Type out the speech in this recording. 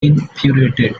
infuriated